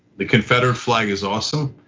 the confederate flag is awesome.